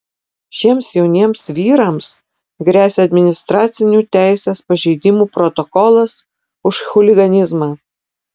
šiems jauniems vyrams gresia administracinių teisės pažeidimų protokolas už chuliganizmą